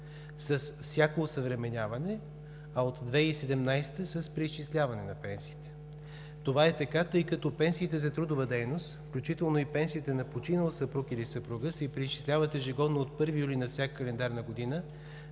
с всяко осъвременяване, а от 2017 г. – с преизчисляване на пенсиите. Това е така, тъй като пенсиите за трудова дейност, включително и пенсиите на починал съпруг или съпруга, се преизчисляват ежегодно от 1 юли на всяка календарна година,